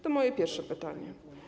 To moje pierwsze pytanie.